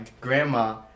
grandma